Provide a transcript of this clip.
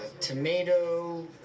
Tomato